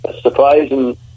surprising